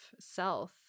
self